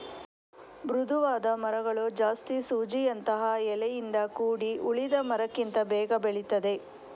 ಮೃದುವಾದ ಮರಗಳು ಜಾಸ್ತಿ ಸೂಜಿಯಂತಹ ಎಲೆಯಿಂದ ಕೂಡಿ ಉಳಿದ ಮರಕ್ಕಿಂತ ಬೇಗ ಬೆಳೀತದೆ